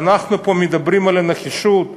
ואנחנו פה מדברים על נחישות?